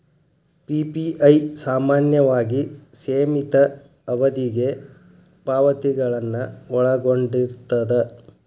PPI ಸಾಮಾನ್ಯವಾಗಿ ಸೇಮಿತ ಅವಧಿಗೆ ಪಾವತಿಗಳನ್ನ ಒಳಗೊಂಡಿರ್ತದ